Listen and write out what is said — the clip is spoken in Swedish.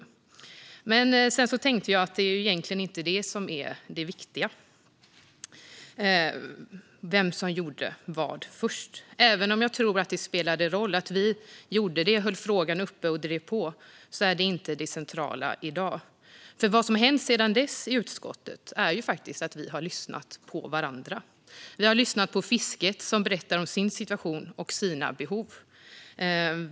Men sedan tänkte jag att vem som gjorde vad först egentligen inte är det viktiga. Även om jag tror att det spelade roll att vi gjorde det, höll frågan uppe och drev på är detta inte det centrala i dag. Det som hänt sedan dess i utskottet är faktiskt att vi har lyssnat på varandra. Vi har lyssnat på fiskets representanter som har berättat om sin situation och sina behov.